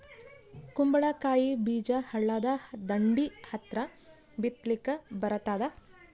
ಕುಂಬಳಕಾಯಿ ಬೀಜ ಹಳ್ಳದ ದಂಡಿ ಹತ್ರಾ ಬಿತ್ಲಿಕ ಬರತಾದ?